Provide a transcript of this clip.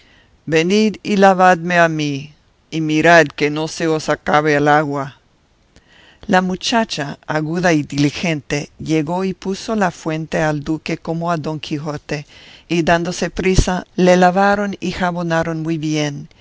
venid y lavadme a mí y mirad que no se os acabe el agua la muchacha aguda y diligente llegó y puso la fuente al duque como a don quijote y dándose prisa le lavaron y jabonaron muy bien